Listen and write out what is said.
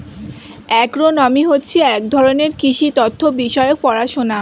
agronomy হচ্ছে এক ধরনের কৃষি তথ্য বিষয়ক পড়াশোনা